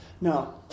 No